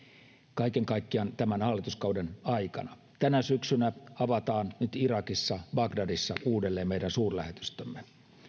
tämän hallituskauden aikana tänä syksynä avataan irakissa bagdadissa uudelleen meidän suurlähetystömme